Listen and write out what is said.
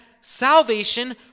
salvation